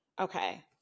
okay